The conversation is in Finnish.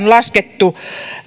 laskettu